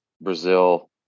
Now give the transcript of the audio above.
Brazil